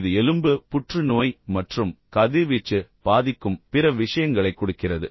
இது எலும்பு புற்றுநோய் மற்றும் கதிர்வீச்சு பாதிக்கும் பிற விஷயங்களைக் கொடுக்கிறது